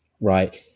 right